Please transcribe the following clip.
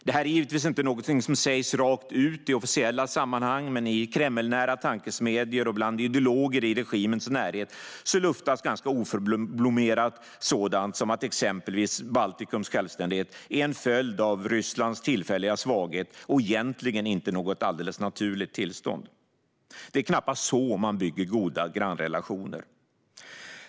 Det här är givetvis inget som sägs rakt ut i officiella sammanhang, men i Kremlnära tankesmedjor och bland ideologer i regimens närhet luftas ganska oförblommerat sådant som att exempelvis Baltikums självständighet är en följd av Rysslands tillfälliga svaghet och egentligen inte något alldeles naturligt tillstånd. Det är knappast så man bygger goda grannrelationer.